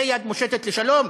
זו יד מושטת לשלום?